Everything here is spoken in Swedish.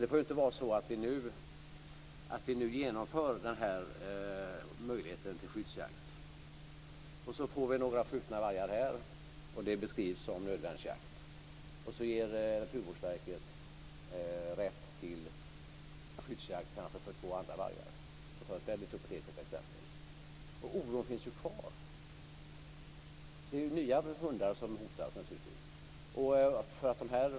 Det får ju inte vara så att vi nu genomför möjlighet till skyddsjakt, att vi sedan får några skjutna vargar som beskrivs som nödvärnsjakt och att Naturvårdsverket sedan ger rätt till skyddsjakt kanske på två andra vargar, för att ta ett väldigt hypotetiskt exempel. Oron finns ju kvar. Det blir ju naturligtvis nya hundar som hotas.